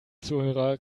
zuhörer